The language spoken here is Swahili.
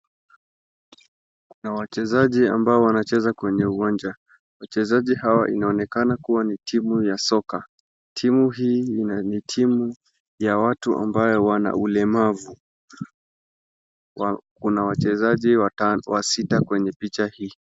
Kuna wachezaji ambao wanacheza kwenye uwanja, wachezaji hawa inaonekana kuwa ni timu ya soka. Timu hii ni timu ya watu ambao wana ulemavu. Kuna wachezaji sita kwenye picha hii.